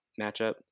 matchup